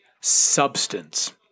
substance